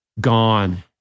Gone